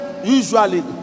Usually